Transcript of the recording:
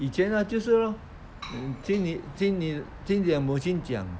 以前他就说听你听你听你母亲讲